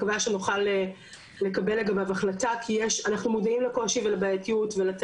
כי אנחנו מודעים לקושי ולבעייתיות ולטענות שלפיהן המוסד לביטוח